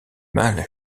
mal